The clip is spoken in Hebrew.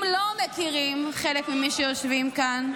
אם לא מכירים, חלק ממי שיושבים כאן,